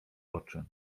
oczy